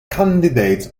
candidates